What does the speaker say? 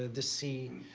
the sea,